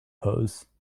pose